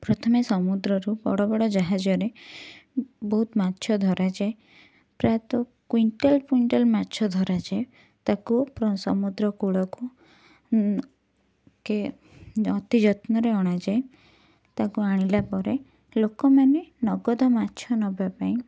ପ୍ରଥମେ ସମୁଦ୍ରରୁ ବଡ଼ ବଡ଼ ଜାହାଜରେ ବହୁତ ମାଛ ଧରାଯାଏ ପ୍ରାୟତଃ କ୍ୱିଣ୍ଟାଲ୍ କ୍ୱିଣ୍ଟାଲ୍ ମାଛ ଧରାଯାଏ ତାକୁ ପ୍ର ସମୁଦ୍ରକୂଳକୁ କେ ଅତି ଯତ୍ନରେ ଅଣାଯାଏ ତାକୁ ଆଣିଲା ପରେ ଲୋକମାନେ ନଗଦ ମାଛ ନବା ପାଇଁ